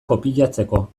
kopiatzeko